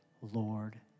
Lord